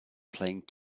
playing